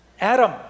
Adam